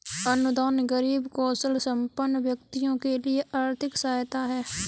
अनुदान गरीब कौशलसंपन्न व्यक्तियों के लिए आर्थिक सहायता है